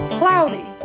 cloudy